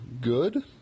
good